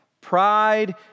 Pride